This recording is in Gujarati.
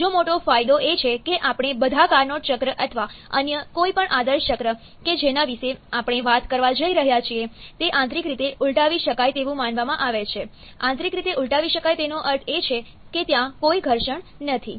બીજો મોટો ફાયદો એ છે કે આપણે બધા કાર્નોટ ચક્ર અથવા અન્ય કોઈપણ આદર્શ ચક્ર કે જેના વિશે આપણે વાત કરવા જઈ રહ્યા છીએ તે આંતરિક રીતે ઉલટાવી શકાય તેવું માનવામાં આવે છે આંતરિક રીતે ઉલટાવી શકાય તેનો અર્થ એ છે કે ત્યાં કોઈ ઘર્ષણ નથી